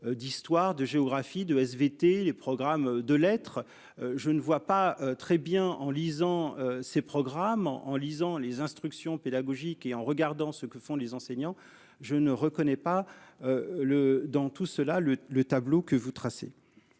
D'histoire, de géographie de SVT, les programmes de l'être. Je ne vois pas très bien en lisant ses programmes en lisant les instructions pédagogiques et en regardant ce que font les enseignants. Je ne reconnais pas. Le dans tout cela. Le, le tableau que vous tracez.